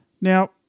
Now